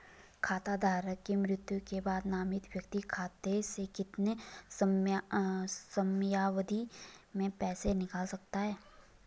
खाता धारक की मृत्यु के बाद नामित व्यक्ति खाते से कितने समयावधि में पैसे निकाल सकता है?